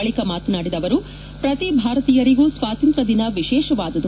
ಬಳಿಕ ಮಾತನಾಡಿದ ಅವರು ಪ್ರತಿ ಭಾರತೀಯರಿಗೂ ಸ್ವಾತಂತ್ರ್ಯ ದಿನ ವಿಶೇಷವಾದುದು